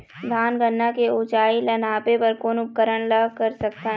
धान गन्ना के ऊंचाई ला नापे बर कोन उपकरण ला कर सकथन?